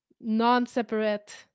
non-separate